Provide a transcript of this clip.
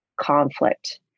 conflict